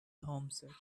homesick